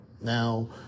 Now